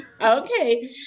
Okay